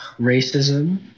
racism